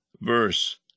verse